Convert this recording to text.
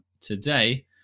today